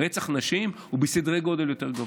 רצח נשים הוא בסדרי גודל גדולים יותר.